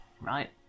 right